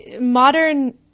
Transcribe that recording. modern